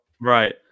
Right